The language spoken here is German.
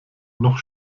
noch